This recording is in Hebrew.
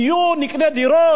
יהיו דירות זמינות,